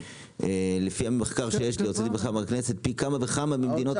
לפי המחקר שיש לי פי כמה וכמה מהמדינות.